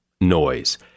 noise